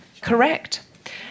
Correct